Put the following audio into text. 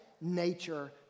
nature